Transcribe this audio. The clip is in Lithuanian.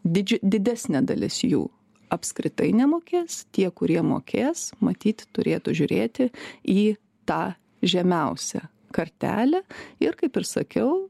dydžiu didesnė dalis jų apskritai nemokės tie kurie mokės matyt turėtų žiūrėti į tą žemiausią kartelę ir kaip ir sakiau